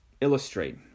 illustrate